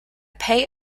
pay